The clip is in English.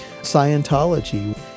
Scientology